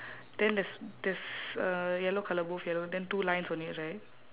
then there's there's uh yellow colour both yellow then two lines only right